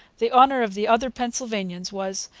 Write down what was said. the honour of the other pennsylvanians was,